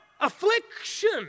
affliction